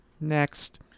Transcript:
next